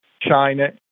China